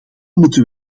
moeten